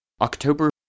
October